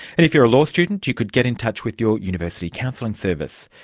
if you're a law student, you could get in touch with your university counselling service.